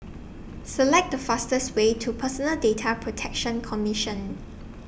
Select The fastest Way to Personal Data Protection Commission